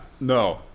No